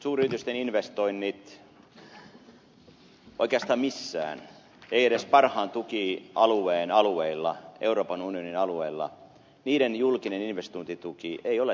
suuryritysten investoinneissa ei oikeastaan missään ei edes parhaan tukialueen alueilla euroopan unionin alueella julkinen investointituki ole sallittua